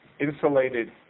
insulated